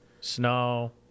snow